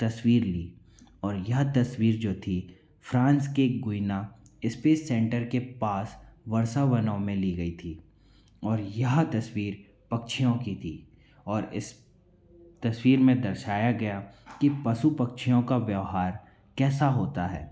तस्वीर ली और यह तस्वीर जो थी फ्रांस के गोइना स्पेस सेंटर के पास वर्षा वनों में ली गई थी और यह तस्वीर पक्षियों की थी और इस तस्वीर में दर्शाया गया कि पशु पक्षियों का व्यवहार कैसा होता है